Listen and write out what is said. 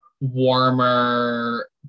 warmer